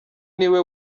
niwe